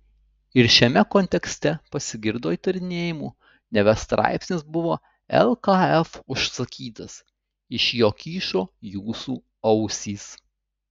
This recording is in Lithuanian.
ir šiame kontekste pasigirdo įtarinėjimų neva straipsnis buvo lkf užsakytas iš jo kyšo jūsų ausys